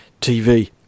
TV